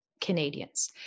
Canadians